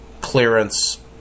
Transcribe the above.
clearance